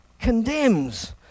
condemns